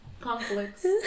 conflicts